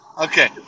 Okay